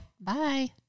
Bye